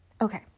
Okay